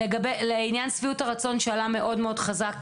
לעניין שביעות הרצון, שעלה מאוד חזק